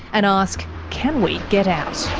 and ask can we get out?